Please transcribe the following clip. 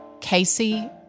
Casey